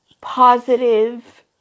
positive